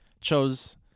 chose